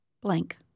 blank